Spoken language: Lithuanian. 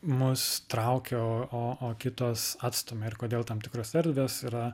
mus traukia o o o kitos atstumia ir kodėl tam tikros erdvės yra